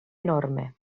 enorme